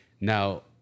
Now